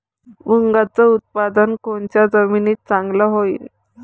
मुंगाचं उत्पादन कोनच्या जमीनीत चांगलं होईन?